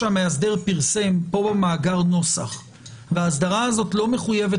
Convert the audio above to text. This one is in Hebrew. כאשר המאסדר פרסם במאגר נוסח והאסדרה הזאת לא מחויבת